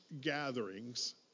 gatherings